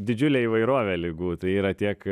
didžiulę įvairovę ligų tai yra tiek